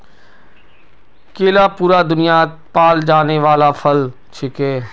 केला पूरा दुन्यात पाल जाने वाला फल छिके